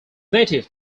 native